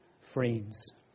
friends